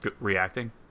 reacting